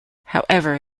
however